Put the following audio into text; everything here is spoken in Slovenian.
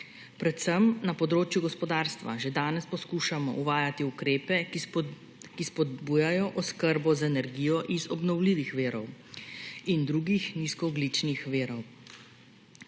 Predvsem na področju gospodarstva že danes poskušamo uvajati ukrepe, ki spodbujajo oskrbo z energijo iz obnovljivih virov in drugih nizkoogljičnih virov.